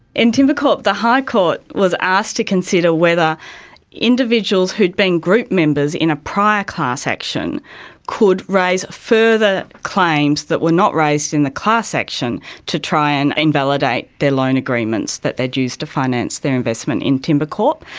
in timbercorp the high court was asked to consider whether individuals who had been group members in a prior class action could raise further claims that were not raised in the class action to try and invalidate their loan agreements that they had used to finance their investment in timbercorp.